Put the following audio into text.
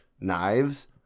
knives